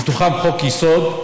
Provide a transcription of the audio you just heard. ובתוכם חוק-יסוד,